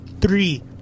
three